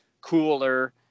cooler